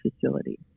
facility